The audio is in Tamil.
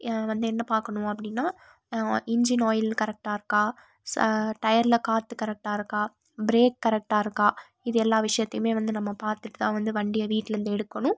வந்து என்ன பார்க்கணும் அப்படின்னா இன்ஜின் ஆயில் கரெக்டாக இருக்கா டயரில் காற்று கரெக்டாக இருக்கா பிரேக் கரெக்டாக இருக்கா இது எல்லா விஷயத்தையுமே வந்து நம்ம பார்த்துட்டுதான் வந்து வண்டியை வீட்லேருந்து எடுக்கணும்